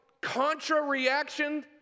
contra-reaction